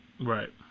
right